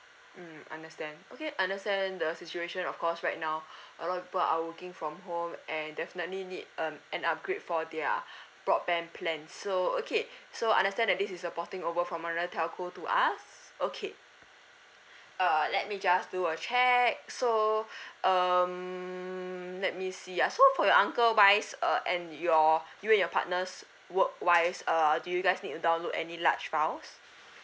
mm understand okay understand the situation of course right now a lot of people are working from home and definitely need um an upgrade for their broadband plan so okay so understand that this is a porting over from another telco to us okay uh let me just do a check so um let me see ah so for your uncle wise uh and your you and your partner's work wise uh do you guys need to download any large files